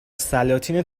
سلاطین